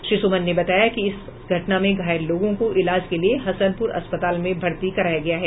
श्री सुमन ने बताया कि इस घटना में घायल लोगों को इलाज के लिए हसनपुर अस्पताल में भर्ती कराया गया है